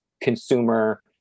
consumer